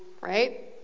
right